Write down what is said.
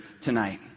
tonight